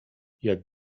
jak